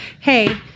hey